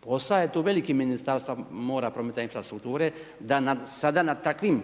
Posao je tu veliki Ministarstva mora, prometa i infrastrukture da sada na takvim